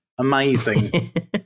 Amazing